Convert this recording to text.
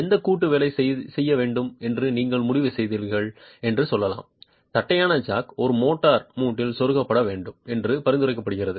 எந்த கூட்டு வேலை செய்ய வேண்டும் என்று நீங்கள் முடிவு செய்துள்ளீர்கள் என்று சொல்லலாம் தட்டையான ஜாக் ஒரு மோட்டார் மூட்டில் செருகப்பட வேண்டும் என்று பரிந்துரைக்கப்படுகிறது